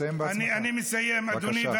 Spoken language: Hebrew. ובמשך חודשים ארוכים,